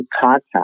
contact